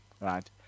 right